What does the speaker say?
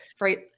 right